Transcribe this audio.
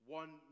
one